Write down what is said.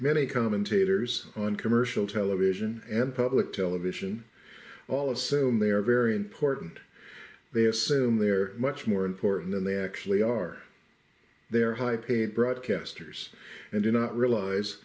many commentators on commercial television and public television all assume they are very important they assume they are much more important than they actually are their high paid broadcasters and do not realize